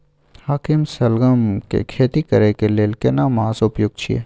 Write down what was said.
हाकीम सलगम के खेती करय के लेल केना मास उपयुक्त छियै?